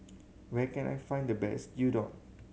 where can I find the best Gyudon